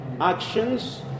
Actions